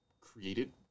created